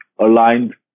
aligned